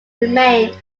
remained